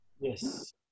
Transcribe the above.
Yes